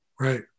Right